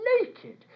naked